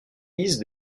lisses